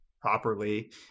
properly